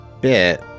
bit